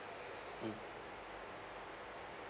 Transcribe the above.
mm